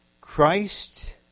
Christ